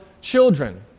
children